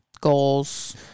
goals